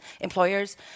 employers